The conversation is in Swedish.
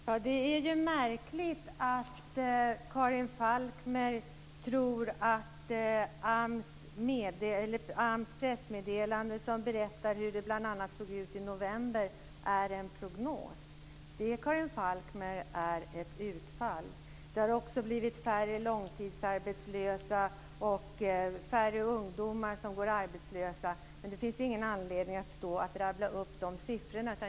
Herr talman! Det är märkligt att Karin Falkmer tror att AMS pressmeddelanden som berättar hur det bl.a. såg ut i november är en prognos. Det är, Karin Falkmer, ett utfall. Det har också blivit färre långtidsarbetslösa och färre ungdomar som går arbetslösa. Men det finns inte någon anledning att stå och rabbla upp dessa siffror.